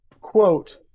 Quote